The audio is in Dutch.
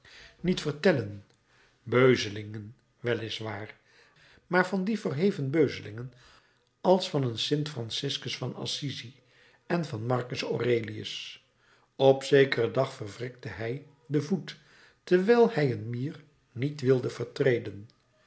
niet vertellen beuzelingen wel is waar maar van die verheven beuzelingen als van een st franciscus van assissi en van marcus aurelius op zekeren dag verwrikte hij den voet wijl hij een mier niet wilde vertreden